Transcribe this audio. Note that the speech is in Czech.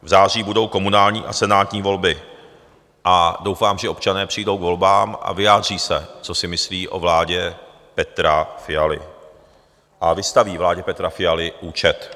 V září budou komunální a senátní volby a doufám, že občané přijdou k volbám a vyjádří se, co si myslí o vládě Petra Fialy, a vystaví vládě Petra Fialy účet.